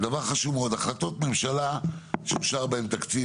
דבר חשוב מאוד, החלטות ממשלה שאושר בהן תקציב.